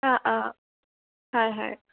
অ অঁ হয় হয়